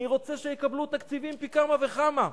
אני רוצה שיקבלו תקציבים פי כמה וכמה.